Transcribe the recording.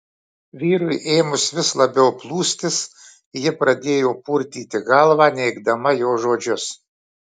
vyrui ėmus vis labiau plūstis ji pradėjo purtyti galvą neigdama jo žodžius